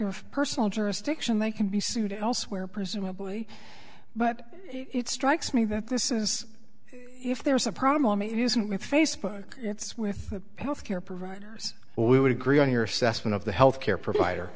of personal jurisdiction they can be sued elsewhere presumably but it strikes me that this is if there's a problem it isn't with facebook it's with health care providers we would agree on your assessment of the health care provider